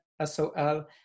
S-O-L